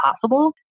possible